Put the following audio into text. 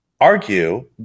argue